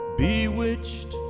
bewitched